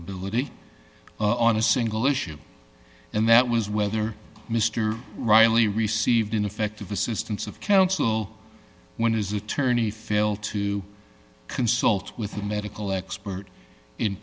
ability on a single issue and that was whether mr riley received ineffective assistance of counsel when his attorney failed to consult with the medical expert in